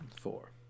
Four